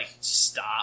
stop